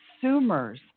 consumers